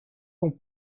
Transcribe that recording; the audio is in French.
ton